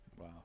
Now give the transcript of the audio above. Wow